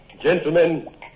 Gentlemen